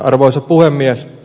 arvoisa puhemies